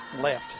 left